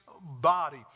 body